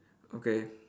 okay